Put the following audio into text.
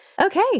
Okay